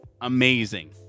amazing